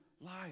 life